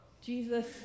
Jesus